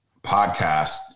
podcast